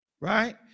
right